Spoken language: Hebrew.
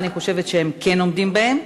ואני חושבת שהם כן עומדים בהם.